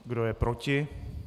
Kdo je proti?